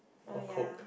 or Coke